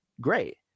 great